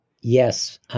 Yes